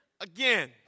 again